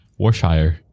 Warshire